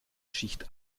schicht